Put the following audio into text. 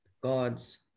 God's